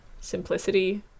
simplicity